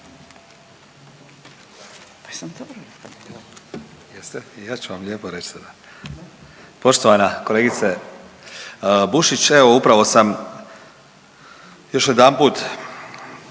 suverenisti)** Jeste i ja ću vam lijepo reć sada. Poštovana kolegice Bušić, evo upravo sam još jedanput